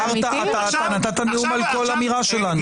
אתה נתת נאום על כל אמירה שלנו.